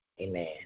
Amen